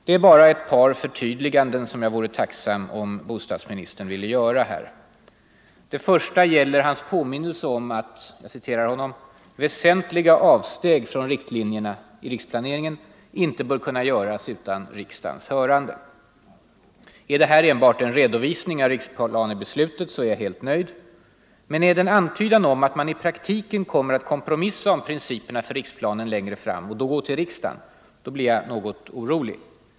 Det är bara ett par förtydliganden som jag vore tacksam om bostadsministern ville göra. Det första gäller hans påminnelse om att ”väsentliga avsteg från riktlinjerna” — i riksplaneringen — ”inte bör kunna göras utan riksdagens hörande”. Är detta enbart en redovisning av riksplanebeslutet är jag helt nöjd. Men är det en antydan om att man i praktiken kommer att kompromissa om principerna för riksplanen längre fram, och då gå till riksdagen, blir jag något orolig.